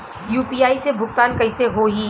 UPI से भुगतान कइसे होहीं?